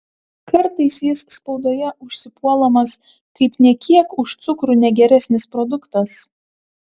kartais jis spaudoje užsipuolamas kaip nė kiek už cukrų negeresnis produktas